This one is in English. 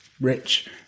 rich